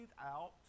out